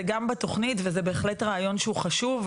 זה גם בתוכנית, וזה בהחלט רעיון חשוב.